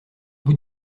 bout